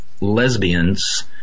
lesbians